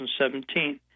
2017